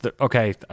Okay